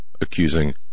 accusing